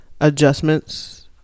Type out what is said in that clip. adjustments